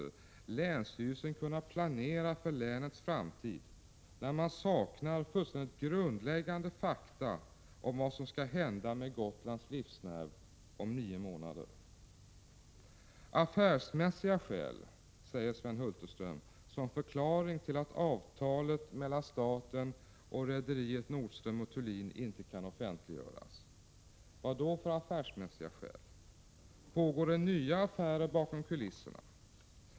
Hur skall länsstyrelsen kunna planera för länets framtid när man saknar grundläggande fakta om vad som skall hända med Gotlands livsnerv om nio månader? ”Affärsmässiga skäl”, säger Sven Hulterström som förklaring till att avtalet mellan staten och rederiet Nordström & Thulin inte kan offentliggöras. Vad då för affärsmässiga skäl? Pågår det nya affärer bakom kulisserna?